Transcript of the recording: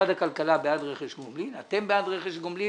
משרד הכלכלה בעד רכש גומלין, אתם בעד רכש גומלין,